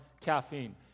caffeine